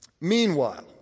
Meanwhile